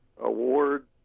award